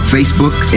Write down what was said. Facebook